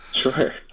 sure